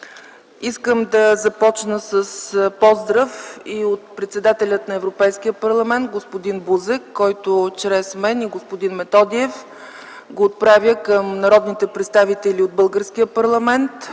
Искам да започна с поздрав и от председателя на Европейския парламент господин Бузек. Чрез мен и господин Методиев, той отправя поздрав към народните представители от българския парламент.